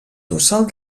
tossal